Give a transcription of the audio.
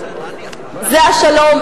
זה השלום,